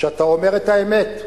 שבה אתה אומר את האמת,